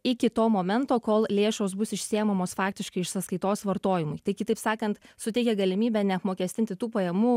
iki to momento kol lėšos bus išsiėmamos faktiškai iš sąskaitos vartojimui tai kitaip sakant suteikia galimybę neapmokestinti tų pajamų